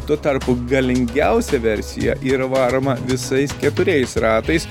tuo tarpu galingiausia versija yra varoma visais keturiais ratais